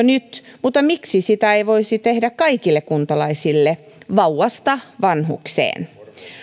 nyt mutta miksi sitä ei voisi tehdä kaikille kuntalaisille vauvasta vanhukseen